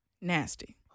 Nasty